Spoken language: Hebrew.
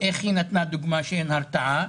איך היא נתנה דוגמה שאין הרתעה?